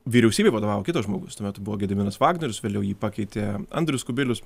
vyriausybei vadovavo kitas žmogus tuo metu buvo gediminas vagnorius vėliau jį pakeitė andrius kubilius